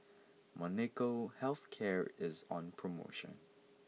Molnylcke health care is on promotion